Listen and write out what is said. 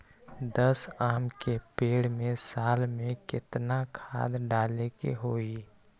दस आम के पेड़ में साल में केतना खाद्य डाले के होई?